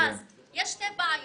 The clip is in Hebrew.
אז יש שתי בעיות: